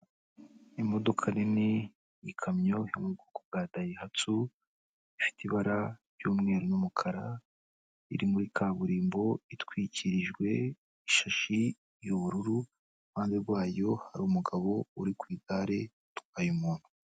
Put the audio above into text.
Imodoka nini, ikamyo yo mu bwoko bwa dayihatsu, ifite ibara ry'umweru n'umukara, iri muri kaburimbo, itwikirijwe ishashi y'ubururu, iruhande rwayo hari umugabo uri ku igare utwaye umuntu.